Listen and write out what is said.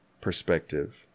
perspective